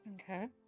Okay